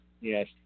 yes